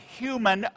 human